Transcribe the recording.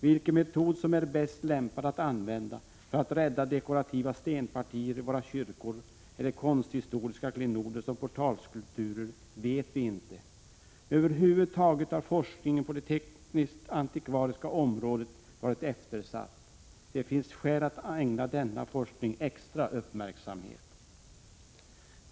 Vilken metod som är bäst lämpad att använda för att rädda dekorativa stenpartier i våra kyrkor eller konsthistoriska klenoder som portalskulpturer vet vi inte. Över huvud taget har forskningen på det teknisk-antikvariska området varit eftersatt. Det finns skäl att ägna denna forskning extra uppmärksamhet.